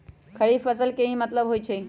खरीफ फसल के की मतलब होइ छइ?